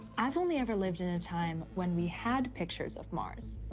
i've only ever lived in a time when we had pictures of mars.